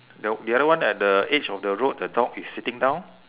the the other one at the edge of the road the dog is sitting down